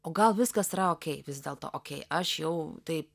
o gal viskas yra okei vis dėlto okei aš jau taip